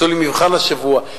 עשו לי מבחן השבוע.